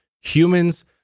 humans